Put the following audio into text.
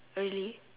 really